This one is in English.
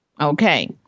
Okay